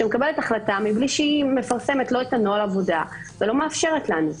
שמקבלת החלטה מבלי שהיא מפרסמת לא את נוהל העבודה ולא מאפשרת לנו.